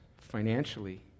financially